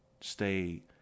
stay